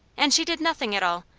and she did nothing at all,